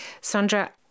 Sandra